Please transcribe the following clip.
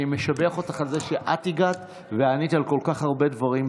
אני משבח אותך על זה שאת הגעת וענית על כל כך הרבה דברים בהרחבה.